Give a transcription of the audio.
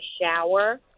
shower